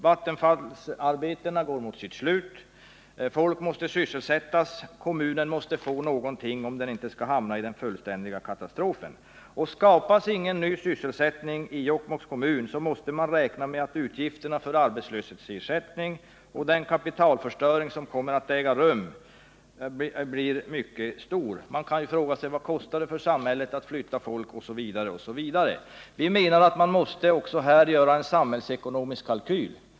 Vattenfallsarbetena går mot sitt slut, folk måste sysselsättas, och kommunen måste få någonting, om den inte skall råka ut för en fullständig katastrof. Skapas ingen ny sysselsättning i Jokkmokks kommun, måste man räkna med att utgifterna för arbetslöshetsersättning och den kapitalförstöring som kommer att äga rum blir mycket stora. Man kan fråga sig vad det kostar samhället att flytta folk osv. Vi menar att man även här måste göra en samhällsekonomisk kalkyl.